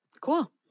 Cool